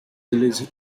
release